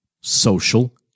social